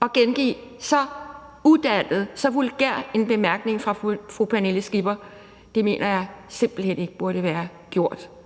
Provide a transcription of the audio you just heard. og gengive en så udannet og vulgær bemærkning fra fru Pernille Skipper; det mener jeg simpelt hen ikke hun burde have gjort,